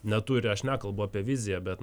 neturi aš nekalbu apie viziją bet